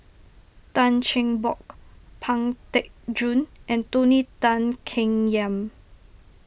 Tan Cheng Bock Pang Teck Joon and Tony Tan Keng Yam